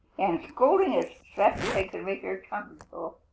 and scolding as fast as they could make their tongues go.